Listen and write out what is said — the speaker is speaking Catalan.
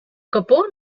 capó